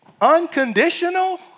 unconditional